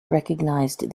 recognized